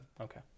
Okay